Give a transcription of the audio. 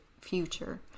future